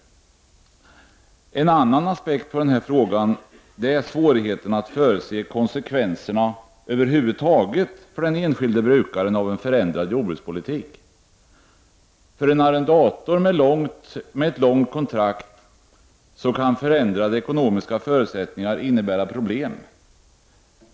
En annan aspekt på denna fråga är svårigheten att förutse konsekvenserna över huvud taget för den enskilde brukaren av en förändrad jordbrukspolitik. För en arrendator med ett långt kontrakt kan förändrade ekonomiska förutsättningar innebära problem.